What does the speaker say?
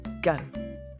go